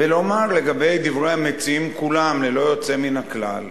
ולומר לגבי דברי המציעים כולם, ללא יוצא מן הכלל,